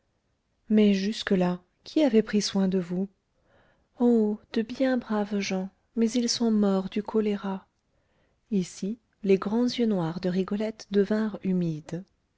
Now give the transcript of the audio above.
mais jusque-là qui avait pris soin de vous oh de bien braves gens mais ils sont morts du choléra ici les grands yeux noirs de rigolette devinrent humides